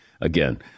again